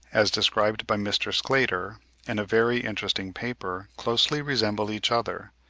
as described by mr. sclater in a very interesting paper, closely resemble each other,